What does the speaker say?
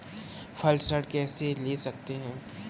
फसल ऋण कैसे ले सकते हैं?